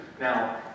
Now